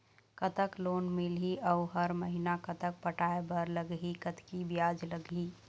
कतक लोन मिलही अऊ हर महीना कतक पटाए बर लगही, कतकी ब्याज लगही?